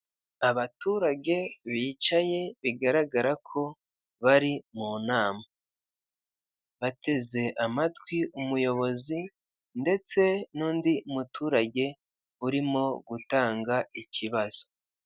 Abaturage bicaye bigaragara ko bari mu nama. Bateze amatwi umuyobozi ndetse n'undi muturage urimo gutanga ikibazo.